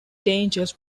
dangers